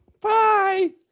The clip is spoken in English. Bye